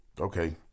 Okay